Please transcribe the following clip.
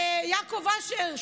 יעקב אשר,